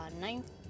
ninth